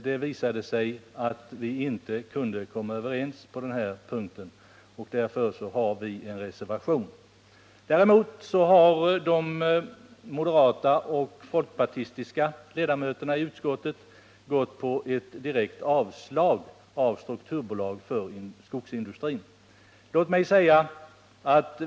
Det visade sig att vi inte kunde komma överens på denna punkt, och därför har vi avgivit en reservation. De moderata och folkpartistiska ledamöterna i utskottet har däremot direkt avstyrkt bildandet av ett strukturbolag för skogsindustrin.